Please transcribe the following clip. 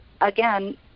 again